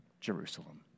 Jerusalem